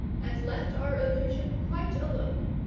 and left our illusion quite alone,